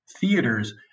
theaters